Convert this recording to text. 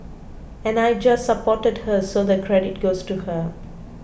and I just supported her so the credit goes to her